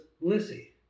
Lissy